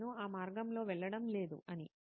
నేను ఆ మార్గంలో వెళ్లడం లేదు అని